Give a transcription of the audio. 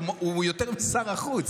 הוא יותר שר החוץ.